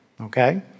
okay